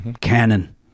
canon